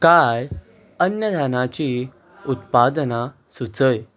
कांय अन्य धानांचीं उत्पादनां सुचय